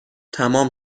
تمام